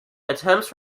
attempts